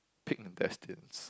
pig intestines